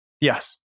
Yes